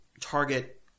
target